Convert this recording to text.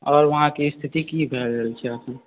आओर वहाँ कऽ स्थिति की भए रहल छै एखन